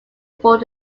bought